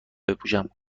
بپوشم